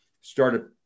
started